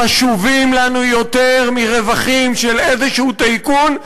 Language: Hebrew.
חשובים לנו יותר מרווחים של איזשהו טייקון,